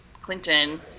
clinton